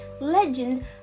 Legend